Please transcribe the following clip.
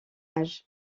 âge